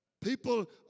People